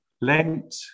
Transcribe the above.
Lent